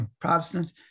Protestant